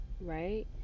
right